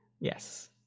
Yes